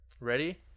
ready